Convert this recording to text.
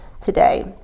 today